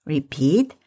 Repeat